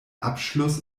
abschluss